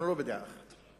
אנחנו לא בדעה אחת,